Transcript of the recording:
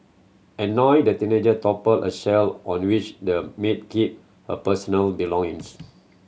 annoyed the teenager toppled a shelf on which the maid kept her personal belongings